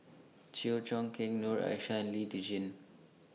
Chew Choo Keng Noor Aishah Lee Tjin